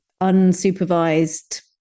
unsupervised